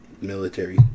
Military